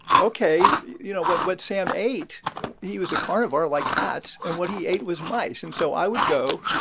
ok. you know, what what sam ate he was a carnivore, like cats. and what he ate was mice. and so i would go,